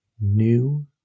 new